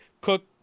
cook